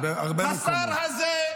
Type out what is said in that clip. השר הזה,